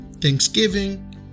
thanksgiving